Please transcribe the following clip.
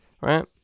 right